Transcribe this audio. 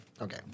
Okay